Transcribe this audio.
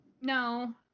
No